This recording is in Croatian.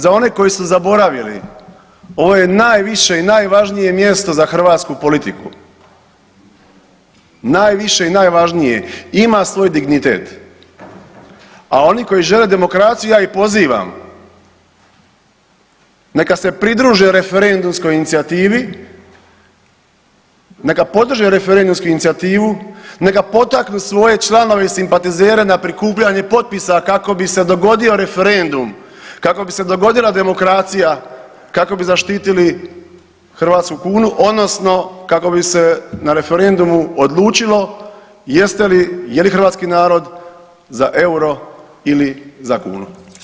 Za one koji su zaboravili ovo je najviše i najvažnije mjesto za hrvatsku politiku, najviše i najvažnije i ima svoj dignitet, a oni koji žele demokraciju ja ih pozivam neka se pridruže referendumskoj inicijativi, neka podrže referendumsku inicijativu, neka potaknu svoje članove i simpatizere na prikupljanje potpisa kako bi se dogodio referendum, kako bi se dogodila demokracija, kako bi zaštitili hrvatsku kunu odnosno kako bi se na referendumu odlučilo jeste li, je li hrvatski narod za euro ili za kunu.